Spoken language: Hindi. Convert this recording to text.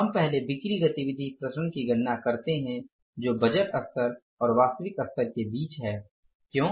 हम पहले बिक्री गतिविधि विचरण की गणना करते हैं जो बजट स्तर और वास्तविक स्तर के बीच है क्यों